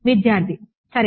విద్యార్థి సరే